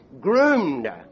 groomed